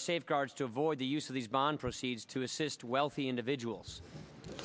are safeguards to avoid the use of these bond proceeds to assist wealthy individuals